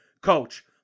coach